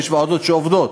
יש ועדות שעובדות,